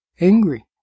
angry